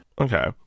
Okay